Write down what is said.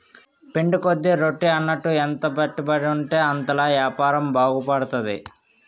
పిండి కొద్ది రొట్టి అన్నట్టు ఎంత పెట్టుబడుంటే అంతలా యాపారం బాగుపడతది